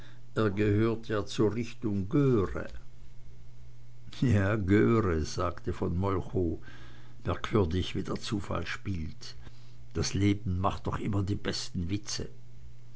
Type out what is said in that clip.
er gehört ja zur richtung göhre ja göhre sagte von molchow merkwürdig wie der zufall spielt das leben macht doch immer die besten witze